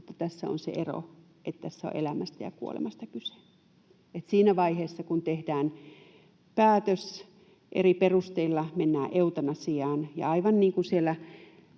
mutta tässä on se ero, että tässä on elämästä ja kuolemasta kyse. Siinä vaiheessa, kun tehdään päätös, että eri perusteilla mennään eutanasiaan, aivan niin kuin ainakin